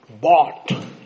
bought